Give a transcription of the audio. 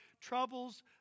troubles